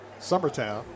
Summertown